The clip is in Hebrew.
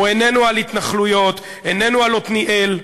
הוא איננו על התנחלויות, איננו על עתניאל,